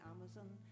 Amazon